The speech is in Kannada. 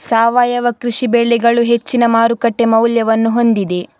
ಸಾವಯವ ಕೃಷಿ ಬೆಳೆಗಳು ಹೆಚ್ಚಿನ ಮಾರುಕಟ್ಟೆ ಮೌಲ್ಯವನ್ನು ಹೊಂದಿದೆ